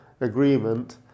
agreement